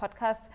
podcast